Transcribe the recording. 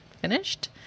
finished